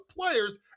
players